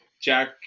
Jack